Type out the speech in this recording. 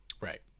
Right